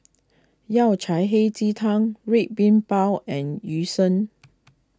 Yao Cai Hei Ji Tang Red Bean Bao and Yu Sheng